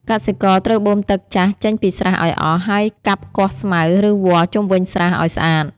កសិករត្រូវបូមទឹកចាស់ចេញពីស្រះឲ្យអស់ ហើយកាប់គាស់ស្មៅ ឬវល្លិជុំវិញស្រះឲ្យស្អាត។